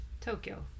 tokyo